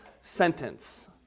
sentence